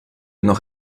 noch